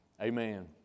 Amen